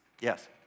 Yes